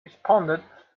responded